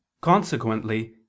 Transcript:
Consequently